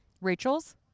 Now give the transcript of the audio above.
Rachel's